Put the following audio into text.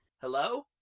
Hello